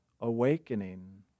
awakening